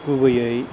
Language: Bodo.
गुबैयै